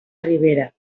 ribera